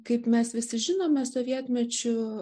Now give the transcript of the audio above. kaip mes visi žinome sovietmečiu